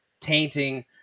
tainting